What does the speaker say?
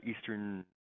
eastern